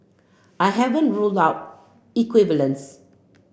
I haven't ruled out equivalence